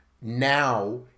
Now